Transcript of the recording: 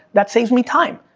that saves me time,